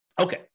Okay